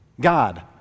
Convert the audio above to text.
God